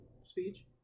speech